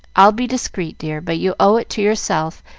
i'll be discreet, dear, but you owe it to yourself,